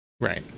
right